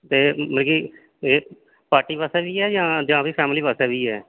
ते मिगी फिर पार्टी बास्तै बी ऐ जां फिर फैमिली बास्तै बी ऐ